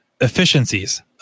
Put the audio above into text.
efficiencies